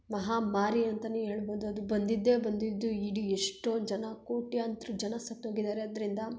ಮಹಾಮಾರಿ ಅಂತಲೇ ಹೇಳ್ಬೋದು ಅದು ಬಂದಿದ್ದೇ ಬಂದಿದ್ದು ಇಡೀ ಎಷ್ಟೋ ಜನ ಕೋಟ್ಯಾಂತ್ರ ಜನ ಸತ್ತೋಗಿದ್ದಾರೆ ಅದರಿಂದ